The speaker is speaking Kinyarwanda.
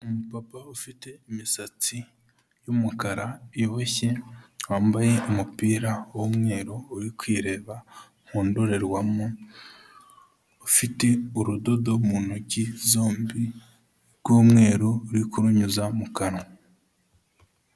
Umupapa ufite imisatsi y'umukara iboshye, wambaye umupira wmweru uri kwireba mu ndorerwamo, ufite urudodo mu ntoki zombi rw'umweru uri kurunyuza mu kanwa.